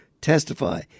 testify